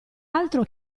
altro